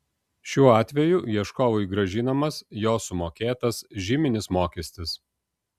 šiuo atveju ieškovui grąžinamas jo sumokėtas žyminis mokestis